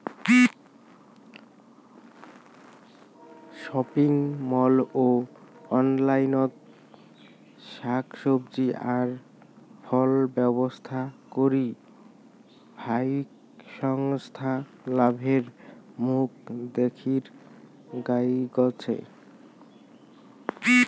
shopping mall ও অনলাইনত শাক সবজি আর ফলব্যবসা করি ফাইক সংস্থা লাভের মুখ দ্যাখির নাইগচে